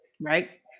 right